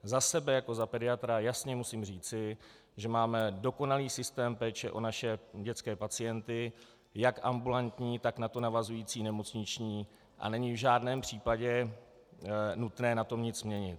Za sebe jako za pediatra musím říci, že máme dokonalý systém péče o naše dětské pacienty jak ambulantní, tak na to navazující nemocniční a není v žádném případě nutné na tom nic měnit.